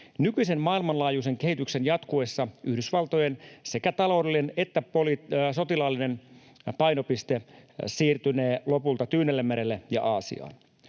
Nykyisen maailmanlaajuisen kehityksen jatkuessa Yhdysvaltojen sekä taloudellinen että sotilaallinen painopiste siirtynee lopulta Tyynellemerelle ja Aasiaan.